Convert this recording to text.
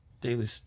daily